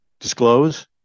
disclose